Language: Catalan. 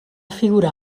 figurar